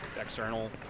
external